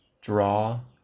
Draw